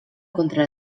contra